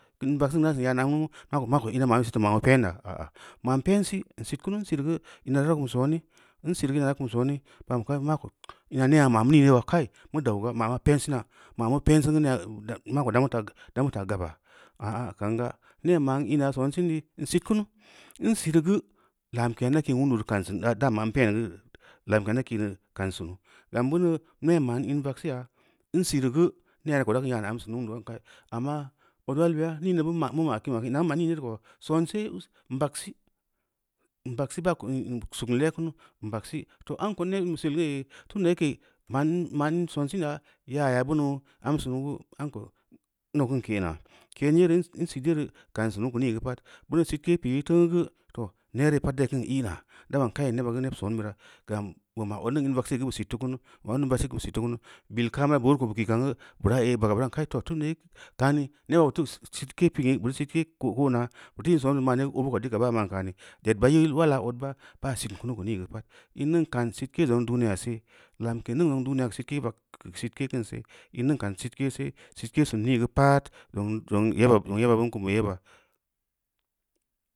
Ən vaksu da’a san ya’ana oʒun na ma gə ma’a ko-ma’a ko’o ina’a ma’an se top ma’an mu’u ma’a ən pensii an sitkunu’u an siri’i gə ina’a yeria da’a kum sone an sirii gə ina’a yerii da’a kun soné an siri ga na da’a kum sone ba’an pa’at ma’a ko’o ina’a ne’a’ ma’a ma nin ye wa’a kai mə daʊ ga’a ma’a mə pensii na’a ma’a ko’o da’a mə ta’a gaba’a da’a mə ta’a gaba á á kaunga’a ne a’ ma’an iga son seŋ dii an sitkunu an sitii fa lamke nda’a kan wundu’u ru’u kan san a da’a ma’an ken rə lamke nda’a kən ra ka’an san nu’ugam ba nu’u nea ma’an an vaksu ya’a an sirii gə nea’ ra’a ko’o da’a kən yana’a ot wal bea nin du’u an ma’a mu mma’a kin ən ma’an kin an ma’a kin ina’a an ma’a zin yeru’u ko’o son se mba’ak sii mba’ak sii ba kum ehmsuut an le’a’ kunu’u mba’ak sii toh amko’o an neə ən selé tunda yake ma’an ma’an an sonsénaaya’a ya’a baʊnó əm sunu’u gə am koo ndaʊ kon ke na’a ken yeruu ansit yeruu ka’an sunu’u kə ni gə pa’at bea sitke pii temuu gə toh nere pa’at dai kən ina’a da’a ba’an kai neba’a ga’ néb son bə bəra’a gam ‘o’ ma’a opt niŋ an vaksu yé go i sit tulekunu’u gam i ba’am am vaksu ‘i’ sit tuu kunu’u bel kam bira’a boruu ko’o kiss ka’an gə ida’a ehh baga’a ida’a ba’am kai toh tun da’a ka’anin neba’a o’ ta ku sitke pin ye’ bə tə sitke ko’o ko’o na’a bə tə ən son ma’an ye’ gə o’ rə ko’o baa ma’an ko’a né dite ba’a yilwa’a ot ba’a ba’a sit kunuu kə ni’i gə pa’at an niŋ ka’an ozəŋ duniya sitke ba’a ki sitke kan se an niŋ ka’an sitek sé sitke sən ni gə zoŋ zoŋ yeba’a zoŋ yebaba ba bən kum yeba’a.